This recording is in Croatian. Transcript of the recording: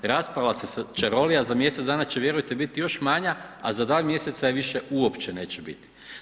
Raspala se čarolija, za mjesec dana će, vjerujte, biti još manja, a za 2 mjeseca je više uopće neće biti.